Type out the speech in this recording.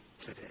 today